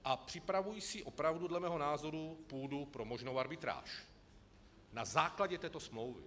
A připravují si opravdu, dle mého názoru, půdu pro možnou arbitráž na základě této smlouvy.